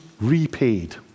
repaid